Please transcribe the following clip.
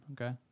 okay